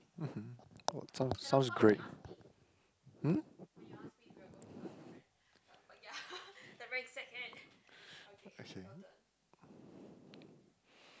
mmhmm oh sounds sounds great um